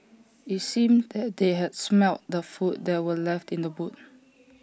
IT seemed that they had smelt the food that were left in the boot